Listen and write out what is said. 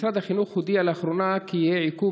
משרד החינוך הודיע לאחרונה כי יהיה עיכוב